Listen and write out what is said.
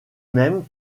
même